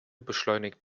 beschleunigt